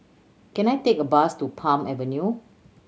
can I take a bus to Palm Avenue